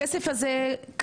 הכסף הזה קיים,